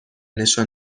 نشان